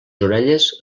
orelles